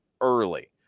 early